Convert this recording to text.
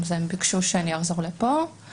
הם ביקשו שאני אחזור לפה.